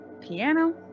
piano